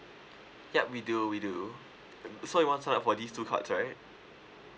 yup we do we do so you want to sign up for these two cards right